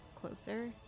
closer